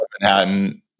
Manhattan